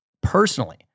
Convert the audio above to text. personally